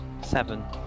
Seven